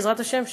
בעזרת השם,